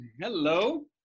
Hello